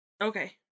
Okay